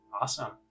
Awesome